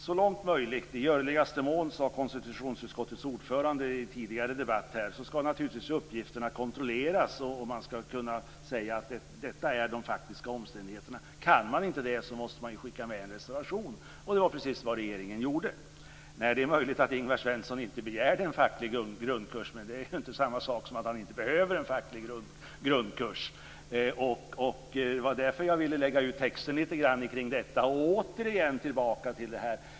Fru talman! Konstitutionsutskottets ordförande sade i en tidigare debatt här att uppgifterna så långt möjligt, i görligaste mån, naturligtvis skall kontrolleras. Man skall kunna säga: Detta är de faktiska omständigheterna. Kan man inte det måste man skicka med en reservation. Det var precis vad regeringen gjorde. Nej, det är möjligt att Ingvar Svensson inte begärde en facklig grundkurs, men det är inte samma sak som att han inte behöver en facklig grundkurs. Det var därför jag ville lägga ut texten lite grann kring detta. Återigen tillbaka till frågan.